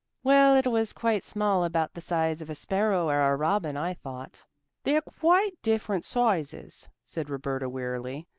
well, it was quite small about the size of a sparrow or a robin, i thought they're quite different sizes, said roberta wearily.